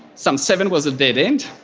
sump seven was a dead end,